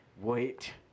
Wait